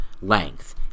length